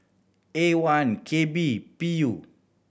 A one K B B